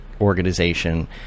organization